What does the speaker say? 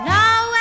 now